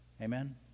Amen